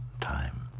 time